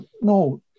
no